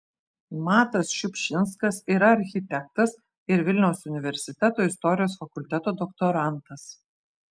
matas šiupšinskas yra architektas ir vilniaus universiteto istorijos fakulteto doktorantas